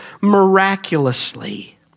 miraculously